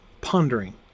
pondering